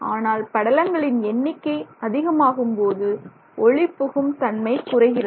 ஆனால் படலங்களின் எண்ணிக்கை அதிகமாகும்போது ஒளிபுகும் தன்மை குறைகிறது